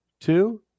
Two